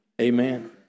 Amen